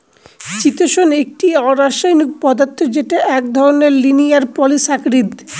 চিতোষণ একটি অরাষায়নিক পদার্থ যেটা এক ধরনের লিনিয়ার পলিসাকরীদ